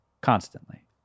constantly